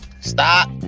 Stop